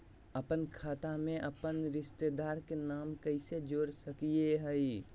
अपन खाता में अपन रिश्तेदार के नाम कैसे जोड़ा सकिए हई?